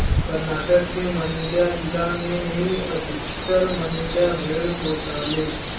कर्नाटक के मांड्या जिला में ही अधिकतर मंड्या भेड़ पोसाले